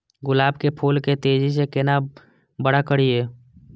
गुलाब के फूल के तेजी से केना बड़ा करिए?